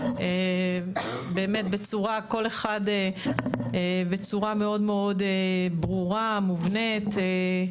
כל אחד בצורה מאוד ברורה, מובנית.